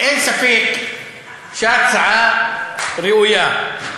אין ספק שההצעה ראויה.